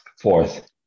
Fourth